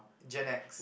gen X